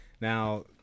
Now